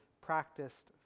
practiced